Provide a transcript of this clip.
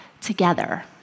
together